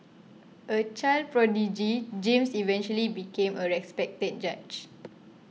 a child prodigy James eventually became a respected judge